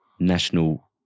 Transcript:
national